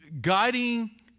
guiding